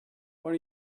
what